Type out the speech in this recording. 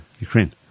Ukraine